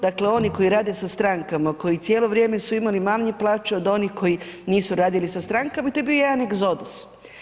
Dakle, oni koji rade sa strankama, koji cijelo vrijeme su imali manje plaće od onih koji nisu radili sa strankama to je bio jedan egzodus.